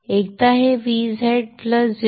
एकदा हे Vz 0